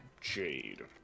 Jade